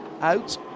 out